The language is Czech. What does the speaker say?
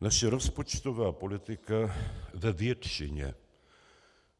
Naše rozpočtová politika ve většině